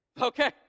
Okay